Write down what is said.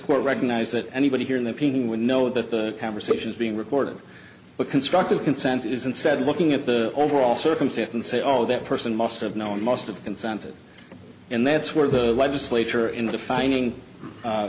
court recognize that anybody here in the painting would know that the conversations being recorded but constructive consent is instead looking at the overall circumstance and say oh that person must have known must have consented and that's where the legislature in defining